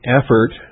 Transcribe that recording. effort